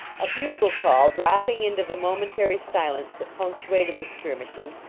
a bugle call dropping into the momentary silence that punctuated the skirmishing,